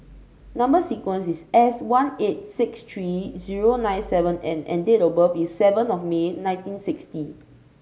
number sequence is S one eight six three zero nine seven N and date of birth is seven of May nineteen sixty